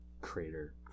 crater